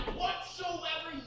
whatsoever